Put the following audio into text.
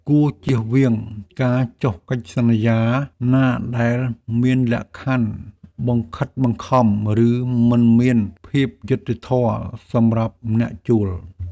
គួរជៀសវាងការចុះកិច្ចសន្យាណាដែលមានលក្ខខណ្ឌបង្ខិតបង្ខំ ឬមិនមានភាពយុត្តិធម៌សម្រាប់អ្នកជួល។